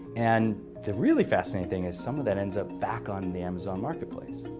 and the really fascinating thing is some of that ends up back on the amazon marketplace.